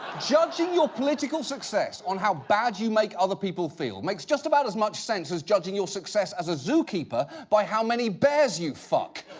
judging your political success on how bad you make other people feel makes just about as much sense as judging your success as a zookeeper by how many bears you fuck.